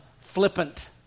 flippant